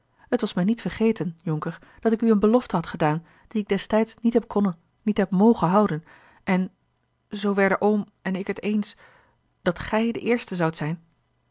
het was mij niet vergeten jonker dat ik u eene belofte had gedaan die ik destijds niet heb konnen niet heb mogen houden en zoo werden oom en ik het eens dat gij de eerste zoudt zijn